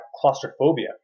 claustrophobia